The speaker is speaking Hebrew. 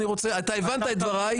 אתה הבנת את דבריי.